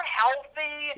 healthy